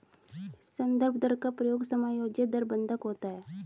संदर्भ दर का प्रयोग समायोज्य दर बंधक होता है